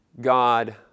God